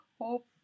Hope